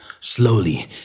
slowly